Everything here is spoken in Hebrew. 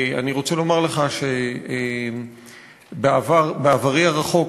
אני רוצה לומר לך שבעברי הרחוק,